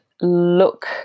look